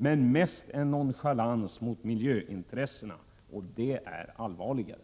Men mest en nonchalans mot miljöintressena. Det är allvarligare!